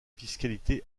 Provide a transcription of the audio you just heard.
fiscalité